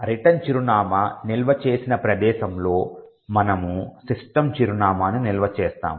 return చిరునామా నిల్వ చేసిన ప్రదేశంలో మనము సిస్టమ్ చిరునామాను నిల్వ చేస్తాము